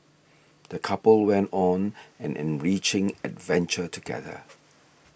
the couple went on an enriching adventure together